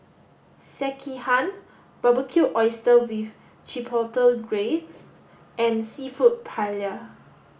Sekihan Barbecued Oysters with Chipotle Glaze and Seafood Paella